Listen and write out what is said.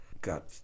got